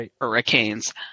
hurricanes